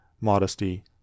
modesty